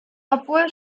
obwohl